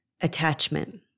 attachment